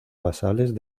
basales